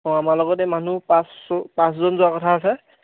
অঁ আমাৰ লগত এই মানুহ পাঁচ পাঁচজন যোৱা কথা আছে